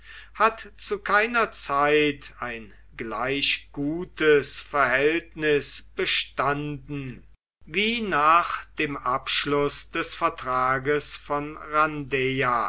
hat zu keiner zeit ein gleich gutes verhältnis bestanden wie nach dem abschluß des vertrages von